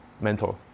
mentor